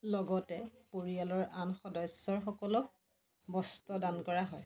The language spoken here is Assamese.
লগতে পৰিয়ালৰ আন সদস্যৰসকলক বস্ত্ৰ দান কৰা হয়